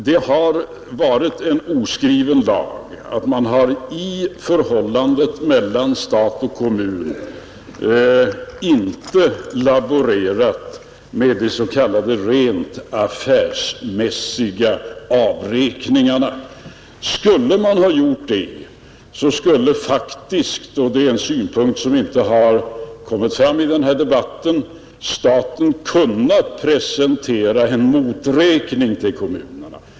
Det har varit en oskriven lag att man i förhållandet mellan stat och kommun inte laborerar med s.k. rent affärsmässiga avräkningar. Om man hade gjort det, skulle staten faktiskt — och det är en synpunkt som inte har kommit fram i debatten här — kunnat presentera kommunerna en moträkning.